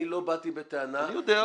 אני לא באתי בטענה להשתתפות --- אני יודע,